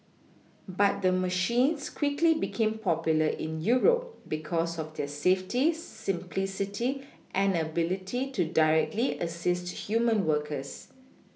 but the machines quickly became popular in Europe because of their safety simplicity and ability to directly assist human workers